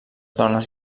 dones